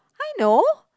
I know